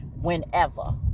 whenever